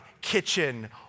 kitchen